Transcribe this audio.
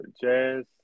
Jazz